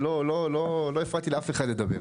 ולא הפערתי לאף אחד לדבר.